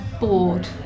bored